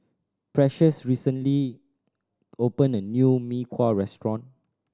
precious recently opened a new Mee Kuah restaurant